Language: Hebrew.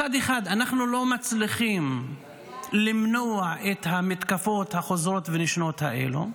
מצד אחד אנחנו לא מצליחים למנוע את המתקפות החוזרות ונשנות האלה,